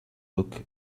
book